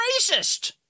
racist